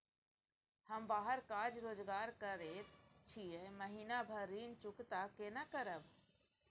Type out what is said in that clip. हम बाहर काज रोजगार करैत छी, महीना भर ऋण चुकता केना करब?